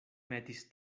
metis